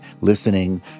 listening